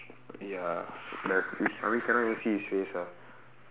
ya there's this I mean cannot even see his face ah